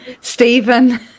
Stephen